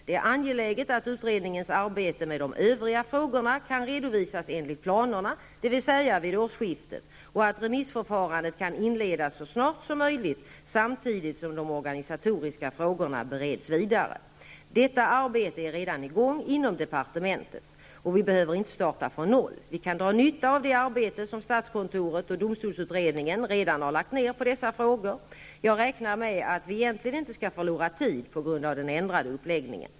Det är angeläget att utredningens arbete med de övriga frågorna kan redovisas enligt planerna, dvs. vid årsskiftet, och att remissförfarandet kan inledas så snart som möjligt samtidigt som de organisatoriska frågorna bereds vidare. Detta arbete är redan i gång inom departementet, och vi behöver inte starta från noll. Vi kan dra nytta av det arbete som statskontoret och domstolsutredningen redan har lagt ner på dessa frågor. Jag räknar med att vi egentligen inte skall förlora tid på grund av den ändrade uppläggningen.